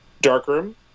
darkroom